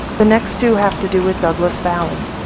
the next two have to do with douglas valley.